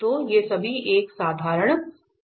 तो ये सभी एक साधारण पोल हैं